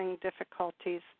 difficulties